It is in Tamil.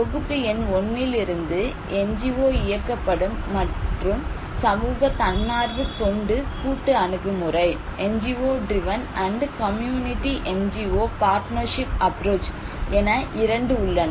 தொகுப்பு எண் 1 இலிருந்து என்ஜிஓ இயக்கப்படும் மற்றும் சமூக தன்னார்வ தொண்டு கூட்டு அணுகுமுறை என இரண்டு உள்ளன